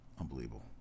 Unbelievable